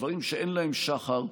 דברים שאין להם שחר,